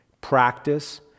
practice